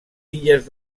illes